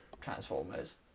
Transformers